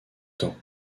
temps